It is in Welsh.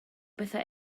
bethau